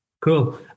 Cool